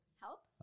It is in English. Help